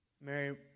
Mary